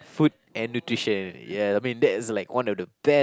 food and nutrition ya I mean that is like one of the best